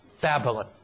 Babylon